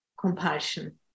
compulsion